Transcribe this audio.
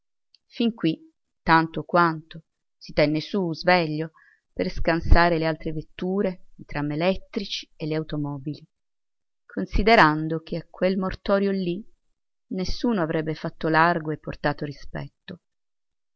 fin qui tanto o quanto si tenne su sveglio per scansare le altre vetture i tram elettrici e le automobili considerando che a quel mortorio lì nessuno avrebbe fatto largo e portato rispetto